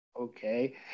okay